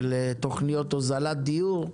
של תוכניות הוזלת דיור,